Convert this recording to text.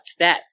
stats